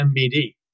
MBD